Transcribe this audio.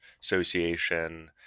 association